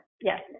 yes